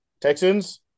Texans